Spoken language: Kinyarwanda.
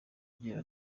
agira